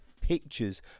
pictures